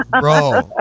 bro